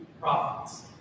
prophets